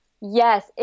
Yes